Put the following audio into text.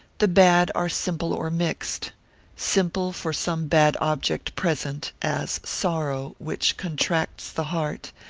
the bad are simple or mixed simple for some bad object present, as sorrow, which contracts the heart,